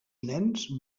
nens